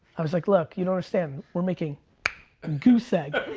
i was like, look you don't understand, we're making um goose egg,